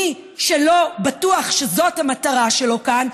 מי שלא בטוח שזאת המטרה שלו כאן,